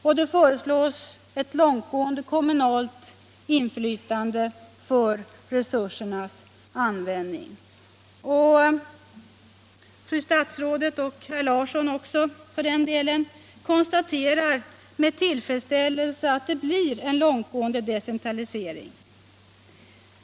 Och det föreslås ett långtgående kommunalt inflytande över resursernas användning. Fru statsrådet — och för den delen även herr Larsson i Staffanstorp —- konstaterar med tillfredsställelse att det blir en långtgående decentralisering.